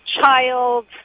child